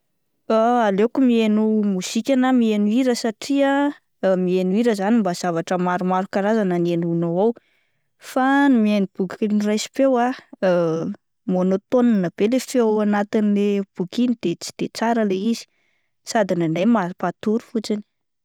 Aleoko mihaino mozika na miheno hira satria ah miheno hira zany mba zavatra maromaro karazana no henoinao ao, fa ny mihaino boky noraisim-peo ah monotone be ilay feo ao antin'ilay boky iny de tsy de tsara ilay izy sady indraindray mampatory fotsiny.